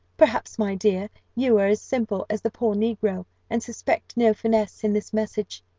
perhaps, my dear, you are as simple as the poor negro, and suspect no finesse in this message.